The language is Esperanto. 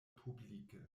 publike